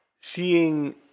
seeing